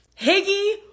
Higgy